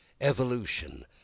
evolution